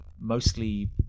mostly